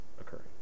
occurring